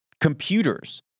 computers